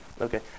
Okay